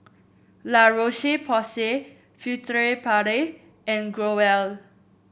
La Roche Porsay Furtere Paris and Growell